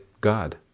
God